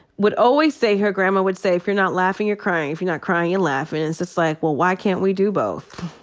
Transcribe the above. would always say her grandma would say, if you're not laughing, you're crying. if you're not crying, you're laughin'. and it's just like, well, why can't we do both?